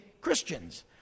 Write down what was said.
Christians